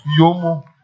yomo